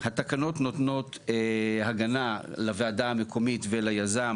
והתקנות נותנות הגנה לוועדה המקומית וליזם